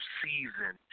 season